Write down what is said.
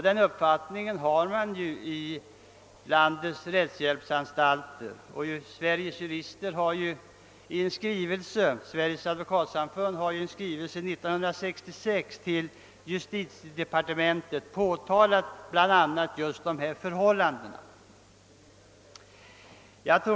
Den uppfattningen har man också inom landets rättshjälpsanstalter, och Sveriges advokatsamfund har i en skrivelse år 1966 till justitiedepartementet påtalat förhållandena.